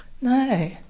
No